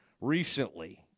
recently